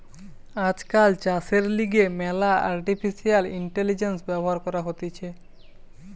আজকাল চাষের লিগে ম্যালা আর্টিফিশিয়াল ইন্টেলিজেন্স ব্যবহার করা হতিছে